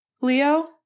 Leo